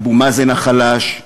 אבו מאזן החלש,